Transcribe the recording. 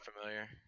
familiar